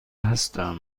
هستم